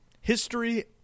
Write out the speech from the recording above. History